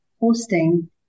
hosting